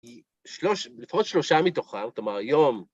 היא, שלושת, לפחות שלושה מתוכן, כלומר, היום.